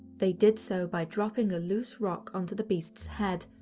they did so by dropping a loose rock onto the beast's head,